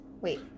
Wait